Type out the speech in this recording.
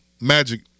magic